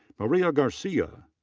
maria garcia.